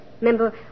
Remember